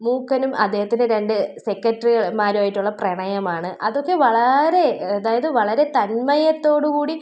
മൂക്കനും അദ്ദേഹത്തിന് രണ്ട് സെക്രട്ടറിമാറുമായിട്ടുള്ള പ്രണയമാണ് അതൊക്കെ വളരെ അതായത് വളരെ തന്മയത്തോടുകൂടി